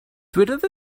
dywedodd